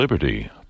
Liberty